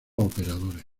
operadores